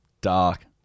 Dark